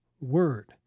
word